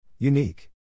Unique